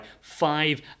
five